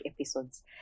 episodes